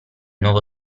nuovo